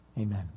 Amen